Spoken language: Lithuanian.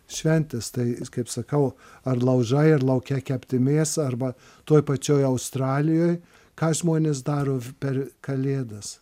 šventės tai kaip sakau ar laužai ar lauke kepti mėsą arba toj pačioj australijoj ką žmonės daro per kalėdas